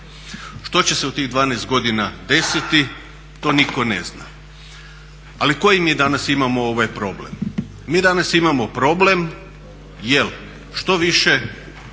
Što će se u tih 12 godina desiti to nitko ne zna. Ali koji mi danas imamo problem? Mi danas imamo problem jel što više